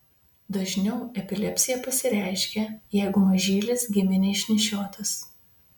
dažniau epilepsija pasireiškia jeigu mažylis gimė neišnešiotas